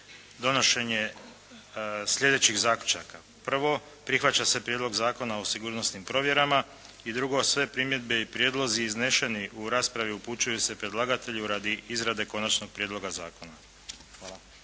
donošenje sljedećih zaključaka. Prvo, prihvaća se Prijedlog Zakona o sigurnosnim provjerama, i drugo, sve primjedbe i prijedlozi izneseni u raspravi upućuju se predlagatelju radi izrade konačnog prijedloga zakona.